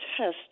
test